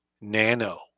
nano